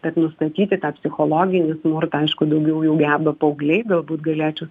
kad nustatyti tą psichologinį smurtą aišku daugiau jau geba paaugliai galbūt galėčiau